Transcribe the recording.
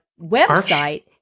website